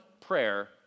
prayer